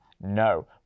No